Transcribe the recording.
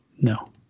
No